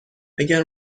اگر